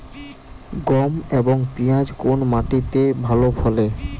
গম এবং পিয়াজ কোন মাটি তে ভালো ফলে?